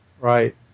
right